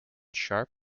sharp